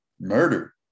murder